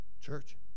Church